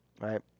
right